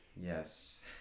Yes